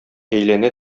әйләнә